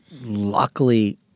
luckily